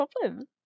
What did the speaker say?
problem